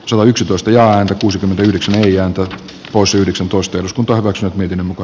salo yksitoista ja pituus on yhdeksän eli autot pois yhdeksäntoista tulevat ja miten muka